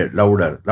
louder